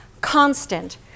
constant